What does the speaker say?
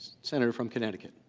center from connecticut